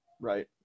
Right